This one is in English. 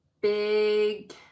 big